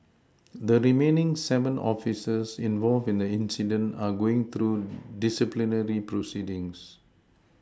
the remaining seven officers involved in the incident are going through disciplinary proceedings